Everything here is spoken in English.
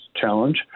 challenge